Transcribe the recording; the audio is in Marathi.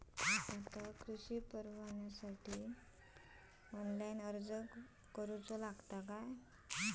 आता कृषीपरवान्यासाठी ऑनलाइन अर्ज करूचो लागता